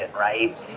right